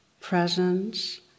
presence